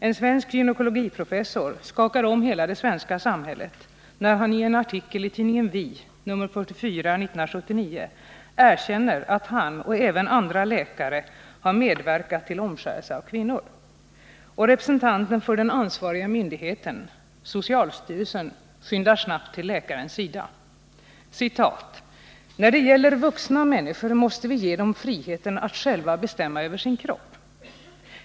En svensk gynekologiprofessor skakar om hela det svenska samhället när han i en artikel i tidningen Vi nr 44 år 1979 erkänner att han och även andra läkare har medverkat till omskärelse av kvinnor. Och representanten för den ansvariga myndigheten — socialstyrelsen — skyndar snabbt till läkarens sida: ”När det gäller vuxna människor måste vi ge dem friheten att själva bestämma över sin kropp ——-—.